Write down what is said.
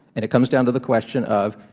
and it comes down to the question of,